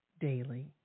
daily